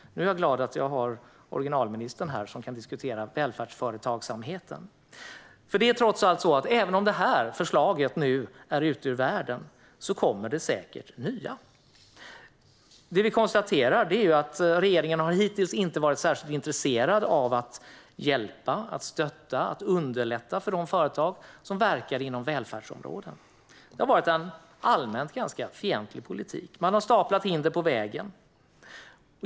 Nu är jag glad att originalministern är här som kan diskutera välfärdsföretagsamheten. Även om det här förslaget nu är ute ur världen kommer det säkert nya förslag. Jag konstaterar att regeringen hittills inte har varit särskilt intresserad av att hjälpa, stötta och underlätta för de företag som verkar inom välfärdsområdet. Det har varit en allmänt ganska fientlig politik. Man har staplat hinder på vägen.